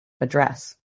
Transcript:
address